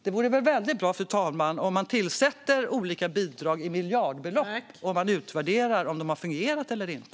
Det vore bra, fru talman, om man utvärderar om bidrag som omfattar miljardbelopp fungerar eller inte.